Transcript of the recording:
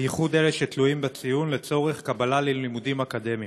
בייחוד אלה שתלויים בציון לצורך קבלה ללימודים אקדמיים.